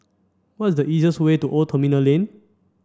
what is the easiest way to Old Terminal Lane